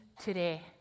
today